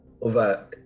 over